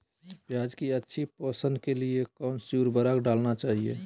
प्याज की अच्छी पोषण के लिए कौन सी उर्वरक डालना चाइए?